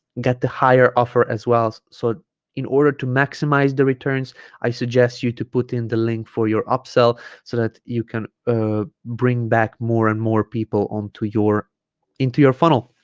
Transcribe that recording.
get the higher offer as well so in order to maximize the returns i suggest you to put in the link for your upsell so that you can ah bring back more and more people onto your into your funnel